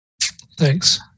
Thanks